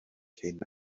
cyn